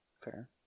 Fair